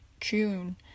June